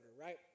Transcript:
right